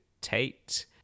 Tate